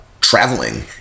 traveling